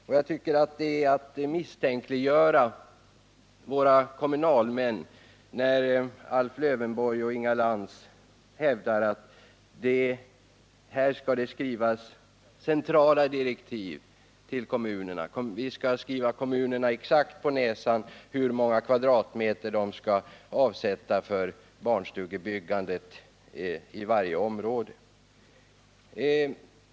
Jag tycker att det är att misstänkliggöra våra kommunalmän, när Alf Lövenborg och Inga Lantz hävdar att här skall skrivas centrala direktiv till kommunerna, att vi skall skriva kommunerna exakt på näsan hur många kvadratmeter de skall avsätta för barnstugebyggande i varje område.